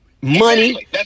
money